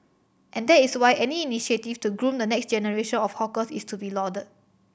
and that is why any initiative to groom the next generation of hawkers is to be lauded